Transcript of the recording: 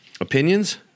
opinions